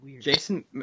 jason